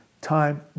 time